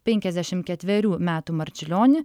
penkiasdešimt ketverių metų marčiulionį